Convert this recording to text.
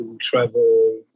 travel